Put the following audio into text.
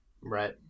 Right